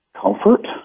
comfort